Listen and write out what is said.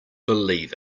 believe